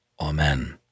Amen